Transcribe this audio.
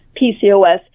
PCOS